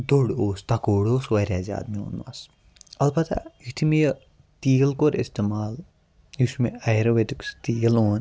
دوٚر اوس تَکُر اوس واریاہ زیادٕ میون مس اَلبَتہ یِتھُے مےٚ یہِ تیٖل کوٚر اِستعمال یُس مےٚ اَیُرویدِک تیٖل اوٚن